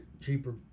cheaper